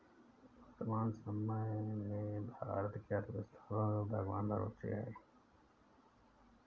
वर्तमान समय में भारत की अर्थव्यस्था भगवान भरोसे है